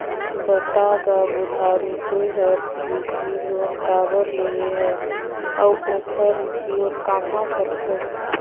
बता गा बुधारू ते हर कृसि लोन काबर लेहे हस अउ ओखर उपयोग काम्हा करथस